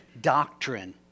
doctrine